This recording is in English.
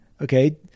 okay